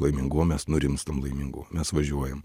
laiminguo mes nurimstam laiminguo mes važiuojam